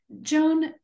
Joan